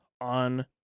on